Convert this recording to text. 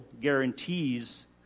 guarantees